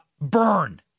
burn